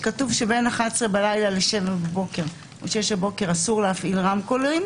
שכתוב בו שבין 23:00 בלילה ל-07:00 בבוקר אסור להפעיל רמקולים,